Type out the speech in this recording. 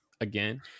Again